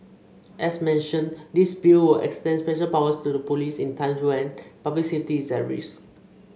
as mentioned this Bill would extend special powers to the police in times when public safety is at risk